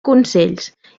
consells